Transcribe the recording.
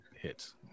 hits